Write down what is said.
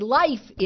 life